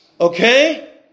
Okay